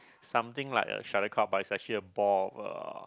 something like a shuttlecock but it's actually a ball uh